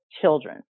children